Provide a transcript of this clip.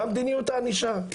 מה מדיניות הענישה?